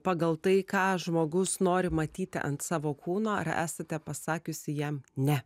pagal tai ką žmogus nori matyti ant savo kūno ar esate pasakiusi jam ne